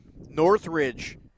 Northridge